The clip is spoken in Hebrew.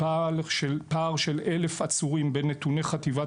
וקיים פער של 1,000 עצורים בין נתוני חטיבת